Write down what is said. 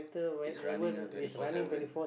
it's running uh twenty four seven